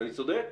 אני צודק?